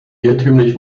irrtümlich